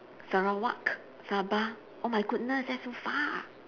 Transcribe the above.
sarawak sabah oh my goodness that's so far